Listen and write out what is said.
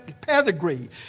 pedigree